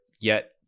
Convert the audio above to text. yet-